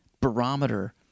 barometer